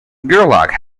gerlach